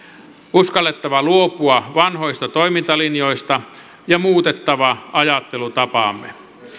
uskallettava luopua vanhoista toimintalinjoista ja muutettava ajattelutapaamme